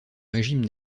régime